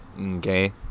okay